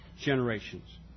generations